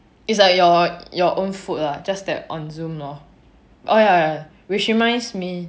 it's like your your own food lah just that on zoom lor oh ya which reminds me